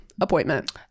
appointment